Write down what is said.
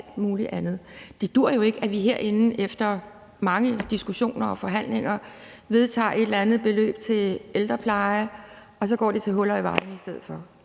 Det duer jo ikke, at vi herinde efter mange diskussioner og forhandlinger vedtager et eller andet beløb til ældrepleje, og så går det til huller i vejene i stedet for.